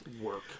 work